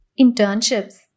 internships